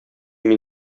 мин